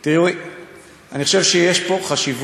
אני חושב שיש פה חשיבות,